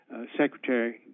secretary